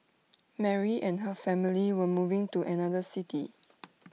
Mary and her family were moving to another city